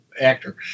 actor